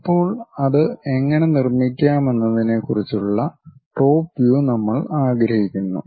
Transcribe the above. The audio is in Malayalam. ഇപ്പോൾ അത് എങ്ങനെ നിർമ്മിക്കാമെന്നതിനെക്കുറിച്ചുള്ള ടോപ് വ്യൂ നമ്മൾ ആഗ്രഹിക്കുന്നു